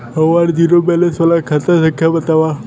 हमार zero balance वाला खाता संख्या वतावा?